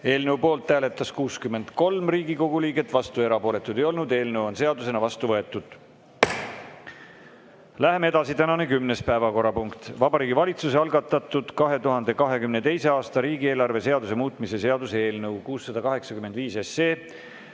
Eelnõu poolt hääletas 63 Riigikogu liiget, vastuolijaid ega erapooletuid ei olnud. Eelnõu on seadusena vastu võetud. Läheme edasi. Tänane kümnes päevakorrapunkt on Vabariigi Valitsuse algatatud 2022. aasta riigieelarve seaduse muutmise seaduse eelnõu 685